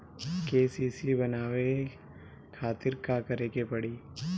KCC बनवावे खातिर का करे के पड़ी?